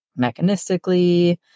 mechanistically